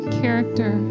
character